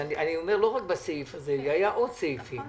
לא רק בסעיף הזה אלא היו עוד סעיפים.